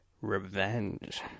revenge